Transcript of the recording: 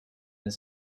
his